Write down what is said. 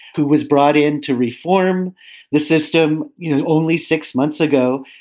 who was brought in to reform the system only six months ago.